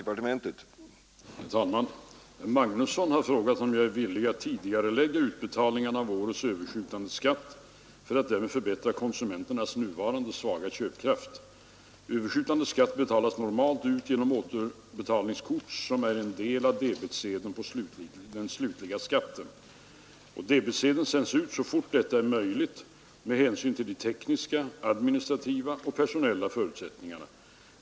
Herr talman! Herr Magnusson i Borås har frågat om jag är villig att tidigarelägga utbetalningen av årets överskjutande skatt för att därmed förbättra konsumenternas nuvarande svaga köpkraft. Överskjutande skatt betalas normalt ut genom återbetalningskort som är en del av debetsedeln på slutlig skatt. Debetsedeln sänds ut så fort detta är möjligt med hänsyn till de tekniska, administrativa och personella förutsättningarna.